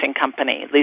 company